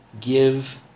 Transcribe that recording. give